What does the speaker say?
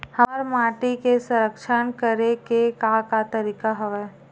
हमर माटी के संरक्षण करेके का का तरीका हवय?